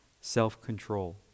self-control